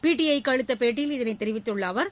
பிடிஐக்கு அளித்த பேட்டியில் இதனைத் தெரிவித்துள்ள அவர்